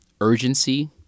urgency